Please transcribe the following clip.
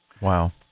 Wow